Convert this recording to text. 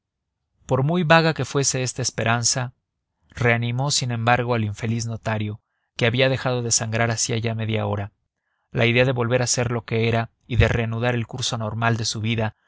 por muy vaga que fuese esta esperanza reanimó sin embargo al infeliz notario que había dejado de sangrar hacía ya media hora la idea de volver a ser lo que era y de reanudar el curso normal de su vida